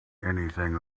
anything